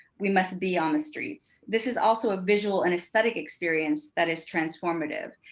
we must be on the streets. this is also a visual and aesthetic experience that is transformative,